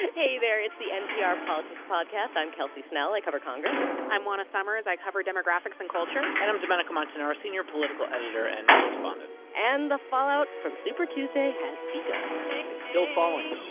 hey there. it's the npr politics podcast. i'm kelsey snell. i cover congress i'm juana summers. i cover demographics and culture and i'm domenico montanaro, senior political editor and correspondent and the fallout from super tuesday has begun it's still falling